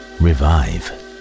revive